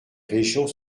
régions